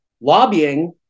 lobbying